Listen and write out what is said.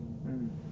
mm